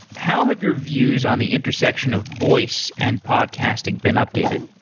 how have your views on the intersection of voice and podcasting been updated?